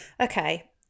Okay